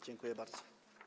Dziękuję bardzo.